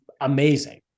amazing